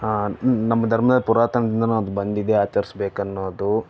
ನಮ್ಮ ಧರ್ಮದಲ್ಲಿ ಪುರಾತನದಿಂದನೂ ಅದು ಬಂದಿದೆ ಆಚರಿಸಬೇಕನ್ನೋದು